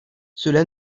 cela